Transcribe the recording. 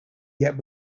yet